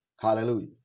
Hallelujah